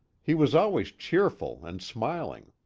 he was always cheerful and smiling.